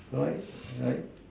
like like